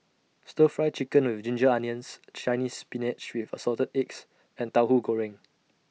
Stir Fry Chicken with Ginger Onions Chinese Spinach with Assorted Eggs and Tauhu Goreng